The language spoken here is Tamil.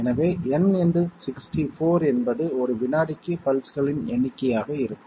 எனவே N × 64 என்பது ஒரு வினாடிக்கு பல்ஸ்களின் எண்ணிக்கையாக இருக்கும்